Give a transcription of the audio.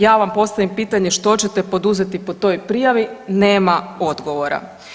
Ja vam postavim pitanje što ćete poduzeti po toj prijavi, nema odgovora.